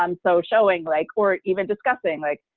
um so showing like, or even discussing like,